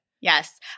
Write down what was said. Yes